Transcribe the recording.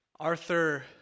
Arthur